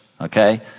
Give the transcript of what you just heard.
Okay